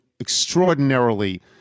extraordinarily